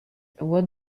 what